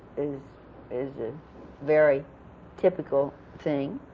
is is a very typical thing.